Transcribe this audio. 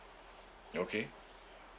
okay